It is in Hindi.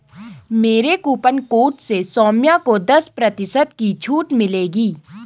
मेरे कूपन कोड से सौम्य को दस प्रतिशत की छूट मिलेगी